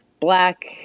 Black